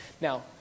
Now